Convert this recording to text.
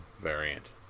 variant